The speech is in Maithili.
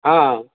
हँ